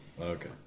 Okay